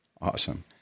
Awesome